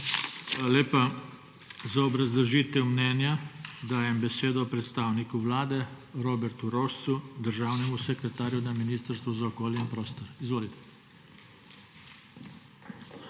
lepa. Za obrazložitev mnenja dajem besedo predstavniku Vlade Robertu Rožacu, državnemu sekretarju na Ministrstvu za okolje in prostor. Izvolite.